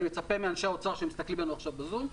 אני מצפה מאנשי האוצר שמסתכלים עלינו עכשיו בזום,